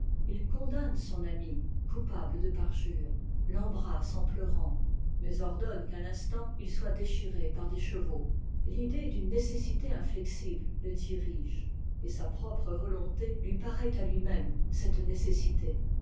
il condamne son ami coupable de parjure l'embrasse en pleurant mais ordonne qu'à l'instant il soit déchiré par des chevaux l'idée d'une nécessité inflexible le dirige et sa propre votonté lui paraît à lui-même cette nécessité